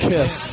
Kiss